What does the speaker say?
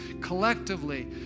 collectively